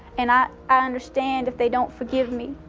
and i i understand if they don't forgive me.